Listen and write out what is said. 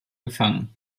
gefangen